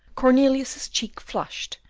cornelius's cheek flushed,